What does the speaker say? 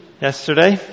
yesterday